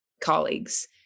colleagues